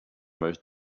most